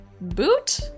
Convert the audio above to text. boot